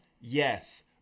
Yes